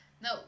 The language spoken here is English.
no